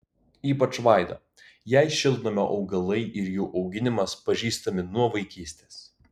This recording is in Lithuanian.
ypač vaida jai šiltnamio augalai ir jų auginimas pažįstami nuo vaikystės